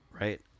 right